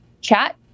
chat